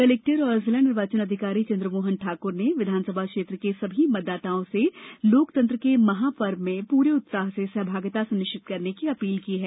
collector एवं जिला निर्वाचन अधिकारी चंद्रमोहन ठाकुर ने विधानसभा क्षेत्र के समस्त मतदाताओं से लोकतंत्र के महापर्व में पूरे उत्साह से सहभागिता सुनिश्चित करने की अपील की है